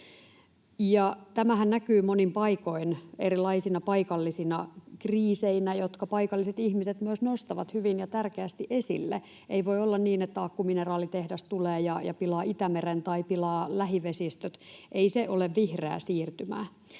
Tämähän näkyy monin paikoin erilaisina paikallisina kriiseinä, jotka paikalliset ihmiset myös nostavat hyvin ja tärkeästi esille. Ei voi olla niin, että akkumineraalitehdas tulee ja pilaa Itämeren tai pilaa lähivesistöt. Ei se ole vihreää siirtymää.